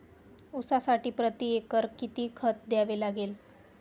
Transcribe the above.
ऊसासाठी प्रतिएकर किती खत द्यावे लागेल?